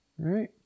right